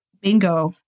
Bingo